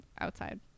outside